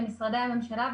למשרדי הממשלה,